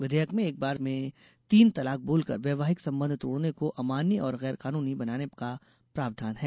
विधेयक में एक बार में तीन तलाक बोलकर वैवाहिक संबंध तोड़ने को अमान्य और गैरकानूनी बनाने का प्रावधान है